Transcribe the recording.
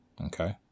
Okay